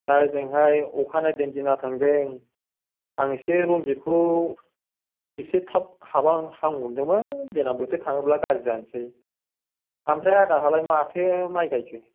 दा ओजोंहाय अखा नायदों दिना थांदों आं एसे रनजितखौ एसे थाब हाबा हामगौ नंदोंमोन देनां बोथोर थाङोबा गाज्रि जानोसै ओमफ्राय आदाहालाय माथो माइ गाइखो